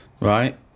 Right